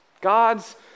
God's